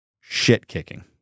shit-kicking